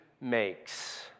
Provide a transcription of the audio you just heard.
makes